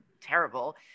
terrible